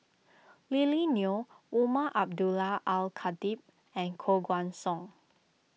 Lily Neo Umar Abdullah Al Khatib and Koh Guan Song